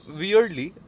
weirdly